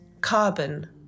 carbon